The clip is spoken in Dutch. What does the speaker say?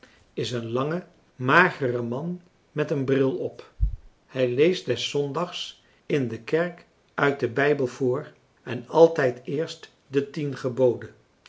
is een lange magere françois haverschmidt familie en kennissen man met een bril op hij leest des zondags in de kerk uit den bijbel voor en altijd eerst de tien geboden